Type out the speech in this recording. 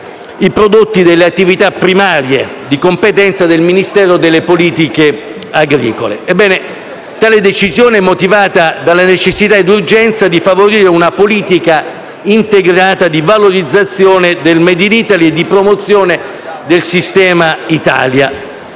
i prodotti delle attività primarie di competenza del Ministero delle politiche agricole. Tale decisione è motivata dalla necessità e dall'urgenza di favorire una politica integrata di valorizzazione del *made in Italy* e di promozione del sistema Italia.